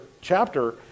chapter